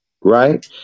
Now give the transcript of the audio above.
right